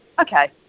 Okay